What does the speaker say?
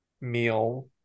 meal